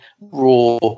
raw